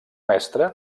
mestra